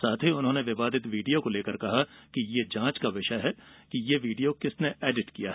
साथ ही उन्होंने विवादित वीडियों को लेकर कहा कि ये जांच का विषय है कि ये वीडियों किसने एडिट किया है